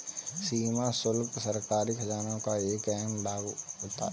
सीमा शुल्क सरकारी खजाने का एक अहम भाग होता है